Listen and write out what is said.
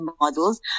models